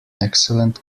excellent